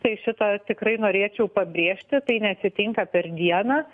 tai šitą tikrai norėčiau pabrėžti tai neatsitinka per dieną